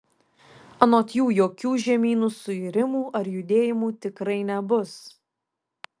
anot jų jokių žemynų suirimų ar judėjimų tikrai nebus